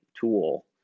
tool